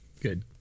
good